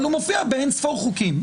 אבל הוא מופיע באין-ספור חוקים.